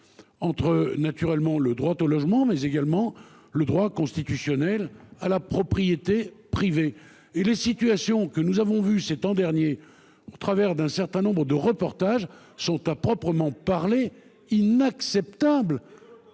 Entre naturellement le droit au logement mais également le droit constitutionnel à la propriété privée et les situations que nous avons vu ces temps derniers, au travers d'un certain nombre de reportages sont à proprement parler. Inacceptable.